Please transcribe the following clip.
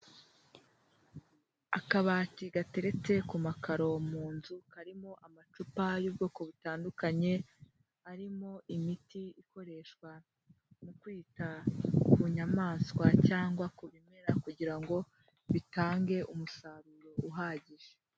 Akabati gateretse ku makaro mu nzu karimo amacupa y'ubwoko butandukanye arimo imiti ikoreshwa mu kwita ku nyamaswa cyangwa ku bimera, kugira ngo bitange umusaruro uhagije.